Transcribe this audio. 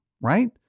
right